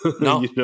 No